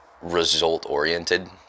result-oriented